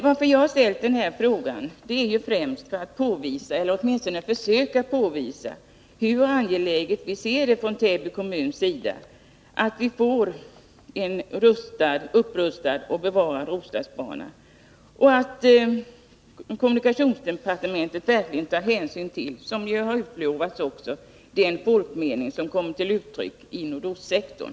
Att jag ställt denna fråga till kommunikationsministern beror främst på att jag vill påvisa eller åtminstone försöka påvisa hur angeläget vi ser det från Täby kommuns sida att vi får en bevarad och upprustad Roslagsbana och att kommunikationsdepartementet verkligen tar hänsyn till — något som utlovats — den folkmening som kommit till uttryck i nordostsektorn.